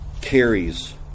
carries